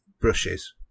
brushes